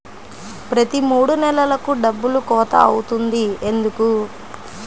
ప్రతి మూడు నెలలకు డబ్బులు కోత అవుతుంది ఎందుకు?